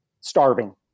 starving